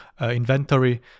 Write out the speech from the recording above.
inventory